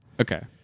Okay